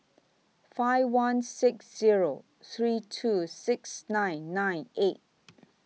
five one six Zero three two six nine nine eight